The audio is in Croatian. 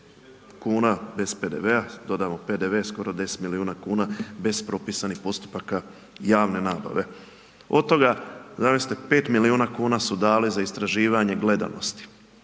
kuna, bez PDV-a, dodan PDV skoro 10 milijuna kuna bez propisanih postupaka javne nabave, od toga, zamislite, 5 milijuna kuna su dali za istraživanje gledanosti,